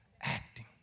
acting